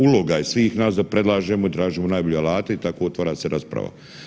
Uloga je svih nas da predlažemo i tražimo najbolje alata i tako otvara se rasprava.